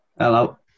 Hello